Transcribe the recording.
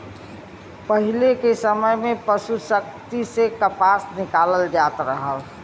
पहिले के समय में पसु शक्ति से कपास निकालल जात रहल